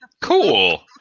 cool